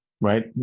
right